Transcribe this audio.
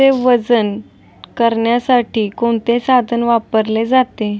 कापसाचे वजन करण्यासाठी कोणते साधन वापरले जाते?